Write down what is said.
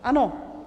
Ano.